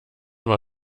war